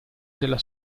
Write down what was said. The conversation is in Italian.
della